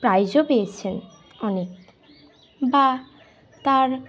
প্রাইজও পেয়েছেন অনেক বা তার